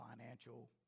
financial